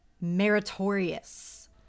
meritorious